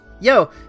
Yo